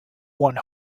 one